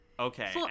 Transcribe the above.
Okay